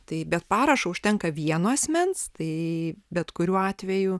tai bet parašo užtenka vieno asmens tai bet kuriuo atveju